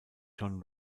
john